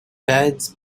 beds